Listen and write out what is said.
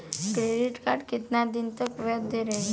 Credit card कितना दिन तक वैध रही?